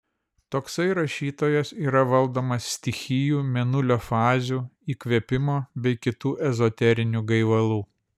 toksai rašytojas yra valdomas stichijų mėnulio fazių įkvėpimo bei kitų ezoterinių gaivalų